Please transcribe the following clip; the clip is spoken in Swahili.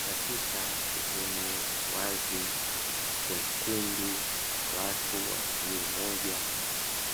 Katika sehemu ya wazi, kuna kundi la watu wa jamii moja